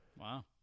Wow